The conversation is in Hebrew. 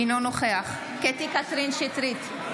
אינו נוכח קטי קטרין שטרית,